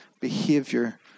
behavior